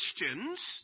Christians